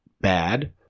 bad